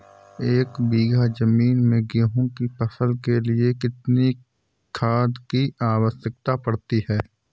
एक बीघा ज़मीन में गेहूँ की फसल के लिए कितनी खाद की आवश्यकता पड़ती है?